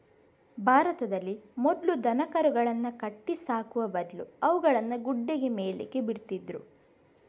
ಭಾರತದಲ್ಲಿ ಮೊದ್ಲು ದನಕರುಗಳನ್ನ ಕಟ್ಟಿ ಸಾಕುವ ಬದ್ಲು ಅವುಗಳನ್ನ ಗುಡ್ಡೆಗೆ ಮೇಯ್ಲಿಕ್ಕೆ ಬಿಡ್ತಿದ್ರು